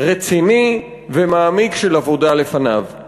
רציני ומעמיק של עבודה לפניו.